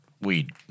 weed